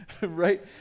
Right